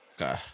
okay